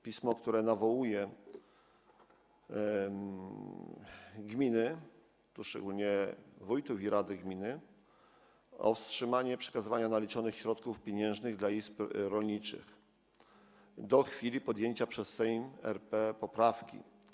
Pismo, które nawołuje gminy, szczególnie wójtów i rady gmin, do wstrzymania przekazywania naliczonych środków pieniężnych do izb rolniczych do chwili przyjęcia przez Sejm RP poprawki.